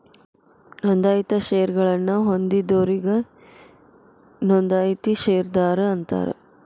ನೋಂದಾಯಿತ ಷೇರಗಳನ್ನ ಹೊಂದಿದೋರಿಗಿ ನೋಂದಾಯಿತ ಷೇರದಾರ ಅಂತಾರ